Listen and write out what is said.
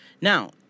Now